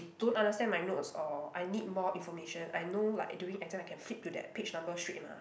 don't understand my notes or I need more information I know like during exam I can flip to that page number straight mah